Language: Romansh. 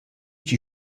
chi